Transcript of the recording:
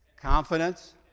Confidence